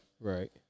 Right